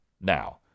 Now